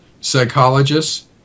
psychologists